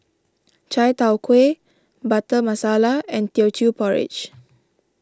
Chai Tow Kway Butter Masala and Teochew Porridge